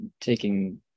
taking